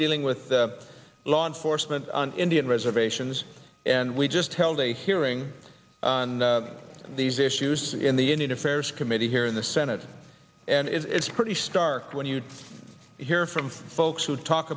dealing with the law enforcement on indian reservations and we just held a hearing on these issues in the indian affairs committee here in the senate and it's pretty stark when you hear from folks who t